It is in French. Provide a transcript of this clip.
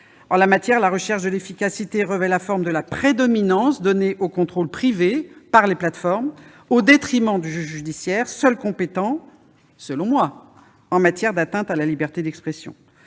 En la matière, la recherche de l'efficacité revêt la forme de la prédominance donnée au contrôle privé, par les plateformes, au détriment du juge judiciaire, seul compétent, selon moi, en matière de limitation de la liberté d'expression.